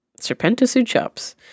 Serpentosuchops